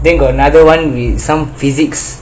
then got another one with some physics